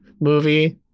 movie